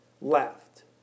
left